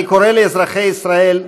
אני קורא לאזרחי ישראל,